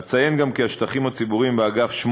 אציין גם כי השטחים הציבוריים באגף 8,